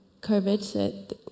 COVID